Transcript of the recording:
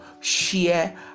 share